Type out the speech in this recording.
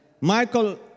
Michael